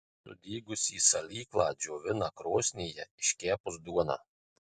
sudygusį salyklą džiovina krosnyje iškepus duoną